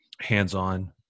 hands-on